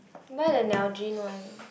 buy the Nalgene one